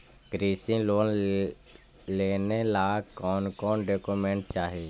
कृषि लोन लेने ला कोन कोन डोकोमेंट चाही?